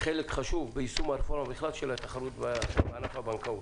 חלק חשוב ביישום הרפורמה בכלל של התחרות בענף הבנקאות.